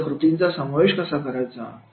कोणत्या कृतीचा समावेश करायचा